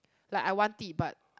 like I want it but